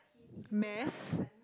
mass